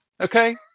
Okay